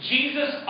Jesus